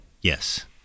Yes